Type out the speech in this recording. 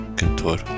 cantor